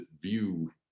view